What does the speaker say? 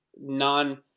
non